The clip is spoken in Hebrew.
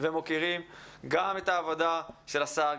ומוקירים גם את העבודה של השר,